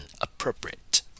appropriate